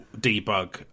debug